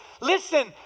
listen